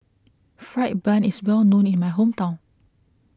Fried Bun is well known in my hometown